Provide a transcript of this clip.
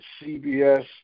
CBS